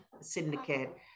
syndicate